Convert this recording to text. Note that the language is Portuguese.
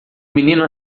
menino